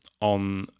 on